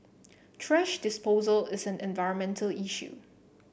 thrash disposal is an environmental issue